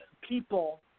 people